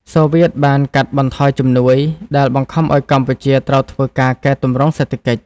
សូវៀតបានកាត់បន្ថយជំនួយ ដែលបង្ខំឱ្យកម្ពុជាត្រូវធ្វើការកែទម្រង់សេដ្ឋកិច្ច។